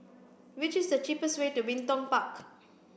what is the cheapest way to Bin Tong Park